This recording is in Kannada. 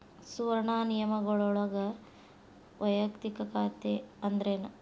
ಸುವರ್ಣ ನಿಯಮಗಳೊಳಗ ವಯಕ್ತಿಕ ಖಾತೆ ಅಂದ್ರೇನ